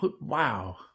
Wow